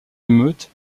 émeutes